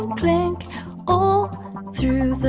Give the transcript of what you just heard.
clink all through